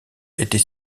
était